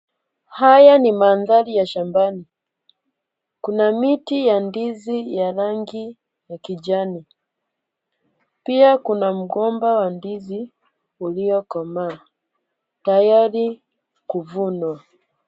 Haya ni mandhari ya shambani. Kuna miti ya ndizi ya rangi ya kijani, pia kuna mgomba wa ndizi uliokomaa tayari kuvunwa.